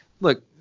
Look